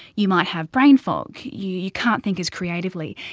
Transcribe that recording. you might have brain fog. you can't think as creatively.